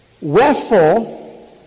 wherefore